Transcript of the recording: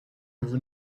vous